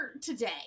today